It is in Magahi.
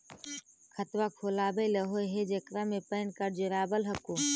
खातवा खोलवैलहो हे जेकरा मे पैन कार्ड जोड़ल हको?